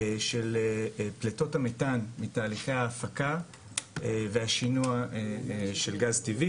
של פליטות המתאן מתהליכי ההפקה והשינוע של גז טבעי